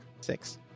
six